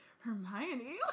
Hermione